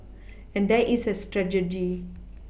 and there is a strategy